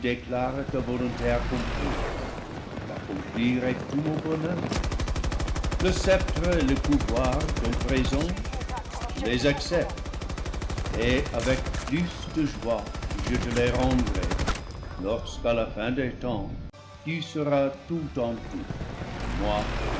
l'accomplir est tout mon bonheur le sceptre et le pouvoir ton présent je les accepte et avec plus de joie je te les rendrai lorsqu'à la fin des temps tu seras tout en tout et moi